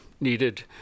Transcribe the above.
needed